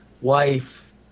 wife